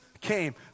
came